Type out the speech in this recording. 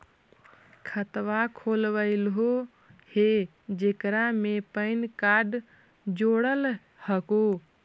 खातवा खोलवैलहो हे जेकरा मे पैन कार्ड जोड़ल हको?